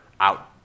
out